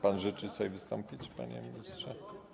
Pan życzy sobie wystąpić, panie ministrze?